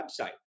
website